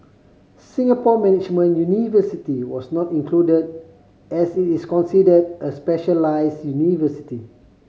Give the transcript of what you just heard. Singapore Management University was not included as it is considered a specialised university